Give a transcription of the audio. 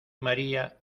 maría